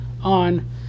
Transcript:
on